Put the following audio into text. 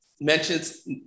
mentions